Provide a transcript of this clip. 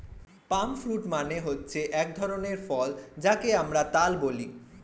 পাম fruit মানে হচ্ছে এক ধরনের ফল যাকে আমরা তাল বলি